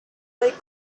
they